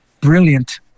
brilliant